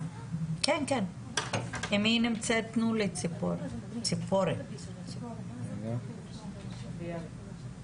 קצרות כי באמת בסופו של דבר גם לנו מאוד חשוב לשמוע את עמדת